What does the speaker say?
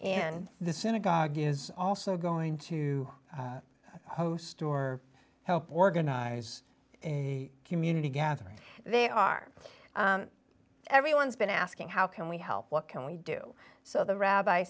in the synagogue is also going to host or help organize a community gathering they are everyone's been asking how can we help what can we do so the rabbi